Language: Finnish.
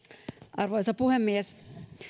arvoisa puhemies